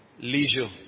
Leisure